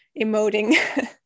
emoting